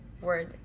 word